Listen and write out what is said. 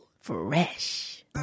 fresh